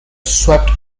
swept